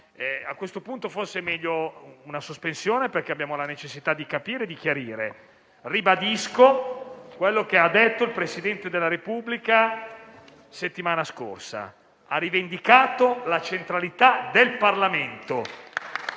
A questo punto, è forse meglio una sospensione di circa mezz'ora perché abbiamo la necessità di capire e chiarire. Ribadisco quello che ha detto il Presidente della Repubblica la settimana scorsa, quando ha rivendicato la centralità del Parlamento